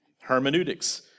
hermeneutics